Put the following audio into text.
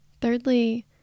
Thirdly